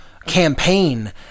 Campaign